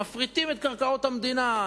מפריטים את קרקעות המדינה,